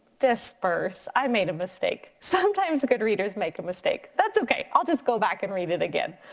disperse, i made a mistake. sometimes good readers make a mistake. that's okay, i'll just go back and read it again.